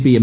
P M